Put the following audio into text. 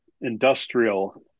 industrial